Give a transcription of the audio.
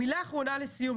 מילה אחרונה לסיום.